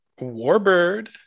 Warbird